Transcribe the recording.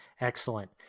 Excellent